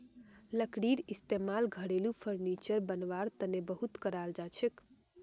लकड़ीर इस्तेमाल घरेलू फर्नीचर बनव्वार तने बहुत कराल जाछेक